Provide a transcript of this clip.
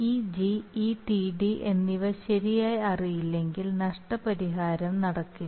ഈ G ഈ Td എന്നിവ ശരിയായി അറിയില്ലെങ്കിൽ നഷ്ടപരിഹാരം നടക്കില്ല